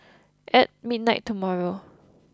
at midnight tomorrow